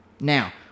Now